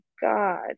God